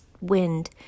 wind